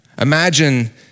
Imagine